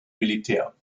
militär